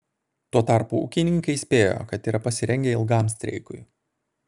tuo tarpu ūkininkai įspėjo kad yra pasirengę ilgam streikui